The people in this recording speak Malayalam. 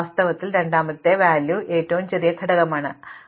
വാസ്തവത്തിൽ രണ്ടാമത്തെ മൂലകം ഏറ്റവും ചെറിയ ഘടകമാണ് അങ്ങനെ